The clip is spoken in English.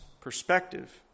perspective